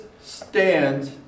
stands